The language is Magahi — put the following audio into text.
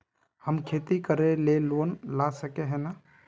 हम खेती करे ले लोन ला सके है नय?